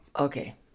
Okay